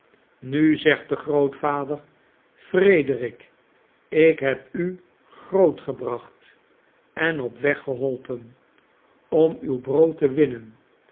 nu zegt de grootvader frederiki ik heb u grootgebracht en op weg geholpen om uw brood te winnen